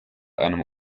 einem